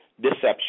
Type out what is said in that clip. deception